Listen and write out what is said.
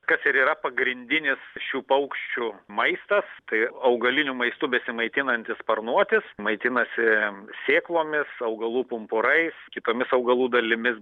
kas ir yra pagrindinis šių paukščių maistas tai augaliniu maistu besimaitinantis sparnuotis maitinasi sėklomis augalų pumpurais kitomis augalų dalimis